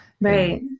Right